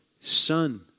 son